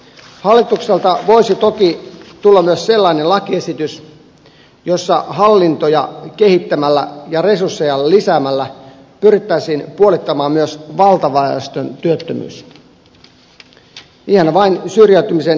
hallitukselta voisi toki tulla myös sellainen lakiesitys jossa hallintoja kehittämällä ja resursseja lisäämällä pyrittäisiin puolittamaan myös valtaväestön työttömyys ihan vain syrjäytymisen ehkäisemiseksi